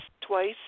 twice